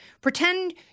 Pretend